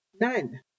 none